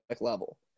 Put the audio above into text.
level